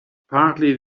apparently